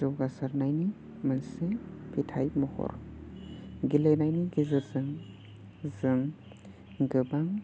जौगासारनायनि मोनसे फिथाय महर गेलेनायनि गेजेरजों जों गोबां